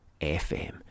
FM